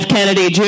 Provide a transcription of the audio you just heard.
Kennedy